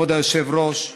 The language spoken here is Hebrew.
כבוד היושב-ראש,